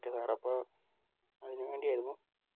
okay sir അപ്പോൾ അതിനുവേണ്ടിയായിരുന്നു